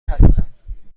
هستم